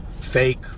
fake